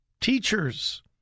teachers